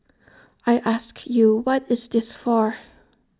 I ask you what is this for